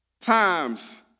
times